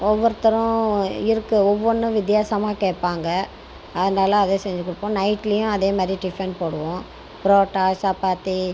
ஒவ்வொருத்தர் இருக்குது ஒவ்வொன்று வித்தியாசமாக கேட்பாங்கள் அதனால் அதே செஞ்சு கொடுப்போம் நைட்டுலேயும் அதே மாதிரி டிஃபன் போடுவோம் புரோட்டா சப்பாத்தி